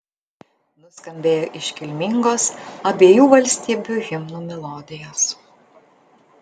nuskambėjo iškilmingos abiejų valstybių himnų melodijos